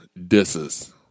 disses